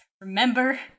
Remember